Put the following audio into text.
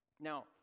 now